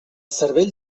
cervell